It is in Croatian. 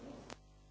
Hvala.